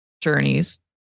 journeys